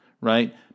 right